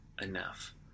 enough